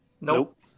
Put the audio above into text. nope